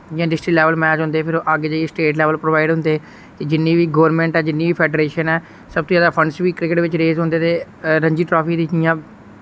जि'यां district level match होंदे फिर अग्गै जाइयै स्टेट लैवल प्रोवाइड होंदे ते जिन्नी बी गोरमैंट ऐ जिन्नी बी फैडरेशन ऐ सबतो ज्यादा फंड्स बी क्रिकेट बिच रेस होंदे ते रंझी ट्राफी दी इयां